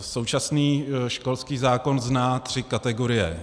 Současný školský zákon zná tři kategorie.